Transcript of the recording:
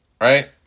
Right